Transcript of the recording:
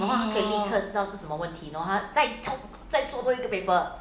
!wow!